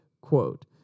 quote